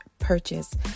purchase